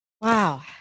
Wow